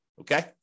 Okay